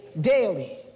Daily